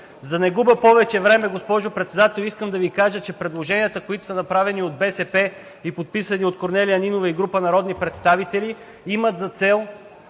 за да не губя повече време, искам да Ви кажа, че предложенията, които са направени от БСП, и подписани от Корнелия Нинова и група народни представители имат за цел